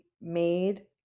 made